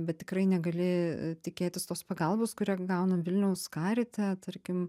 bet tikrai negali tikėtis tos pagalbos kurią gauna vilniaus karite tarkim